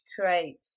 create